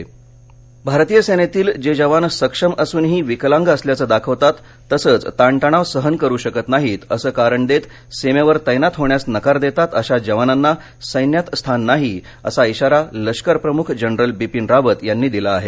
लष्कर प्रमुख जनरल बिपिन रावत भारतीय सेनेतील जे जवान सक्षम असूनही विकलांग असल्याचं दाखवतात तसंच ताण तणाव सहन करू शकत नाही असं कारण देत सिमेवर तैनात होण्यास नकार देतात अशा जवानांना सैन्यात स्थान नाही असा इशारा लष्कर प्रमुख जनरल बिपिन रावत यांनी दिला आहे